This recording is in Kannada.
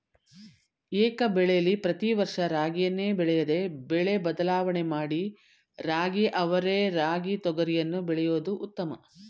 ಏಕಬೆಳೆಲಿ ಪ್ರತಿ ವರ್ಷ ರಾಗಿಯನ್ನೇ ಬೆಳೆಯದೆ ಬೆಳೆ ಬದಲಾವಣೆ ಮಾಡಿ ರಾಗಿ ಅವರೆ ರಾಗಿ ತೊಗರಿಯನ್ನು ಬೆಳೆಯೋದು ಉತ್ತಮ